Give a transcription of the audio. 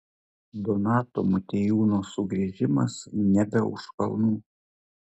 donato motiejūno sugrįžimas nebe už kalnų